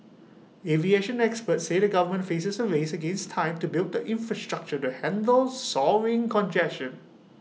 aviation experts say the government faces A race against time to build the infrastructure to handle soaring congestion